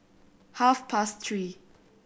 half past three